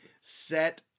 set